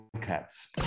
Cats